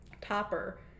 topper